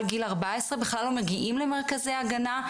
גיל 14 בכלל לא מגיעים למרכזי ההגנה.